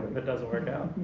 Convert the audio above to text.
it doesn't work out?